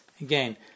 again